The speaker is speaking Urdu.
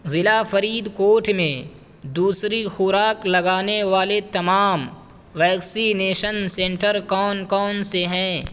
ضلع فرید کوٹ میں دوسری خوراک لگانے والے تمام ویکسینیشن سینٹر کون کون سے ہیں